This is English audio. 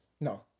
No